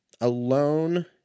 Alone